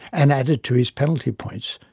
and added to his penalty points.